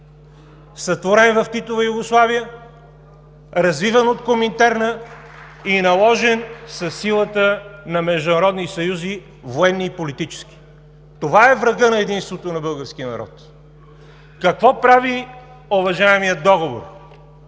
сътворен в Титова Югославия, развиван от Коминтерна (ръкопляскания от ОП) и наложен със силата на международни съюзи – военни и политически. Това е врагът на единството на българския народ. Какво прави уважаемият Договор,